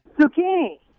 zucchini